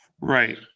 Right